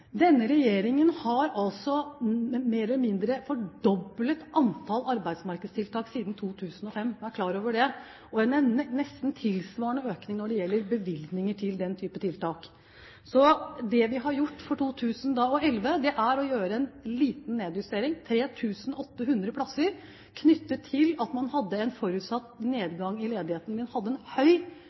Denne regjeringen har altså mer eller mindre fordoblet antall arbeidsmarkedstiltak siden 2005 – vær klar over det – og det har vært en nesten tilsvarende økning når det gjelder bevilgninger til den type tiltak. Det vi har gjort for 2011, er å gjøre en liten nedjustering, 3 800 plasser, knyttet til at man hadde en forutsatt nedgang i ledigheten. Vi hadde